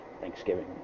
Thanksgiving